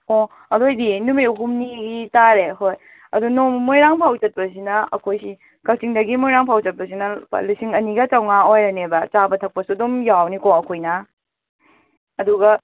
ꯑꯣ ꯑꯗꯨ ꯑꯣꯏꯗꯤ ꯅꯨꯃꯤꯠ ꯍꯨꯝꯅꯤꯒꯤ ꯇꯥꯔꯦ ꯍꯣꯏ ꯑꯗꯣ ꯅꯣꯡꯃ ꯃꯣꯏꯔꯥꯡꯐꯧꯒꯤ ꯆꯠꯄꯁꯤꯅ ꯑꯩꯈꯣꯏꯁꯤ ꯀꯛꯆꯤꯡꯗꯒꯤ ꯃꯣꯏꯔꯥꯡꯐꯥꯎ ꯆꯠꯄꯁꯤꯅ ꯂꯧꯄꯥ ꯂꯤꯁꯤꯡ ꯑꯅꯤꯒ ꯆꯧꯉꯥ ꯑꯣꯏꯔꯅꯦꯕ ꯆꯥꯕ ꯊꯛꯄꯁꯨ ꯑꯗꯨꯝ ꯌꯥꯎꯔꯅꯤ ꯑꯩꯈꯣꯏꯅ ꯑꯗꯨꯒ